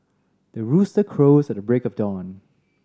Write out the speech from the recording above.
the rooster crows at the break of dawn